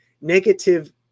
negative